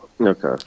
Okay